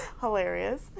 Hilarious